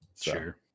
sure